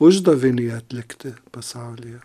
uždavinį atlikti pasaulyje